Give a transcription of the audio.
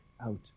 out